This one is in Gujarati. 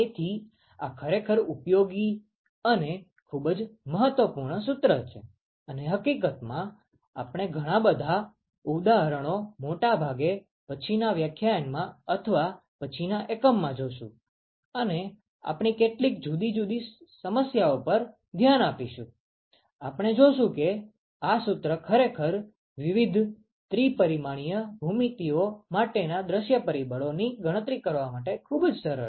તેથી આ ખરેખર ઉપયોગી અને ખૂબ જ મહત્વપૂર્ણ સૂત્ર છે અને હકીકતમાં આપણે ઘણા બધા ઉદાહરણો મોટે ભાગે પછીનાં વ્યાખ્યાન માં અથવા પછીનાં એકમાં જોશું અને આપણે કેટલીક જુદી જુદી સમસ્યાઓ પર ધ્યાન આપીશું આપણે જોશું કે આ સૂત્ર ખરેખર વિવિધ ત્રિ પરિમાણીય ભૂમિતિઓ માટેના દૃશ્ય પરિબળો ની ગણતરી કરવા માટે ખૂબ જ સરળ છે